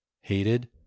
hated